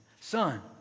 Son